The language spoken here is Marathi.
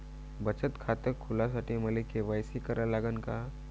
बचत खात खोलासाठी मले के.वाय.सी करा लागन का?